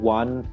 one